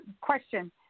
question